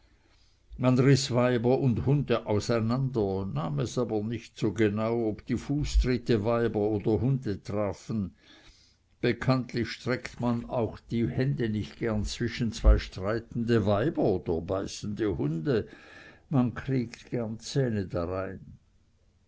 man riß weiber und hunde auseinander nahm es aber nicht so genau ob die fußtritte weiber oder hunde trafen bekanntlich streckt man auch die hände nicht gern zwischen streitende weiber oder beißende hunde man kriegt gern zähne